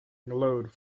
glowed